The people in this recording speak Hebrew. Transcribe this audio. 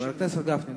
חבר הכנסת גפני,